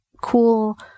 cool